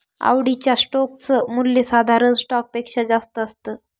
आवडीच्या स्टोक च मूल्य साधारण स्टॉक पेक्षा जास्त असत